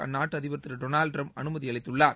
அந்நாட்டு அதிபர் திரு டொனால்டு ட்டிரம்ப் அனுமதி அளித்துள்ளார்